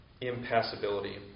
impassibility